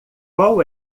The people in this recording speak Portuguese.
qual